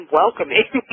welcoming